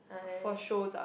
for shows ah